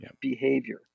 behavior